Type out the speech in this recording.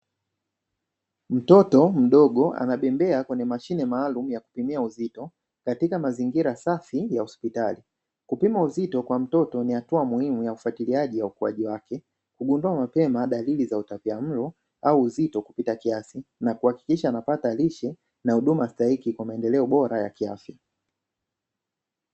Mtoto mdogo anabembea kwenye mashine maalumu ya kupimia uzito, katika mazingira safi ya haspitali. Kupima uzito kwa mtoto ni hatua muhimu ya ufuatiliaji wa ukuaji wake, kugundua mpema dalili za utapia mlo au uzito kupita kiasi na kuhakikisha anapata lishe na huduma stahiki kwa maendeleo bora ya kiafya.